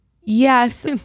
Yes